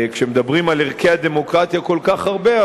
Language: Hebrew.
כשמדברים על ערכי הדמוקרטיה כל כך הרבה,